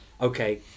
Okay